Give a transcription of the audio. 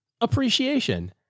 appreciation